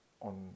on